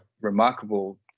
remarkable